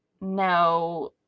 No